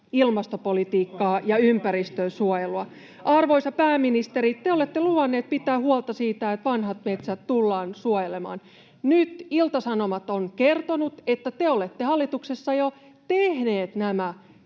[Oikealta: Kuka edistää, kuka ei!] Arvoisa pääministeri, te olette luvanneet pitää huolta siitä, että vanhat metsät tullaan suojelemaan. Nyt Ilta-Sanomat on kertonut, että te olette hallituksessa jo tehneet nämä